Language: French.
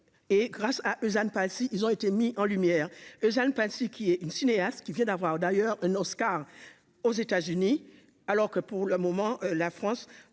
et grâce à eux, à ne pas si ils ont été mis en lumière, Jeanne, qui est une cinéaste qui vient d'avoir, d'ailleurs un Oscar, aux États-Unis, alors que pour le moment, la France